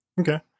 Okay